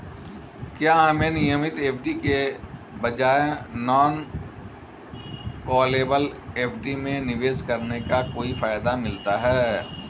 क्या हमें नियमित एफ.डी के बजाय नॉन कॉलेबल एफ.डी में निवेश करने का कोई फायदा मिलता है?